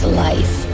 life